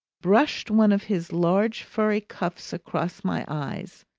brushed one of his large furry cuffs across my eyes